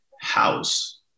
House